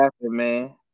man